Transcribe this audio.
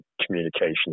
communication